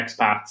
expats